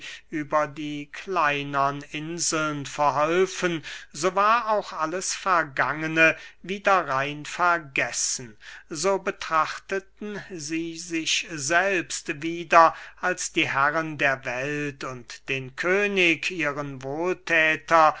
über die kleinern inseln verholfen so war auch alles vergangene wieder rein vergessen so betrachteten sie sich selbst wieder als die herren der welt und den könig ihren wohlthäter